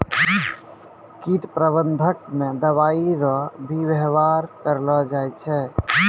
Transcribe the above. कीट प्रबंधक मे दवाइ रो भी वेवहार करलो जाय छै